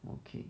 okay